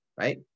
right